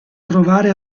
trovare